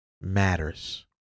matters